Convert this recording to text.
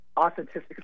authenticity